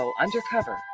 Undercover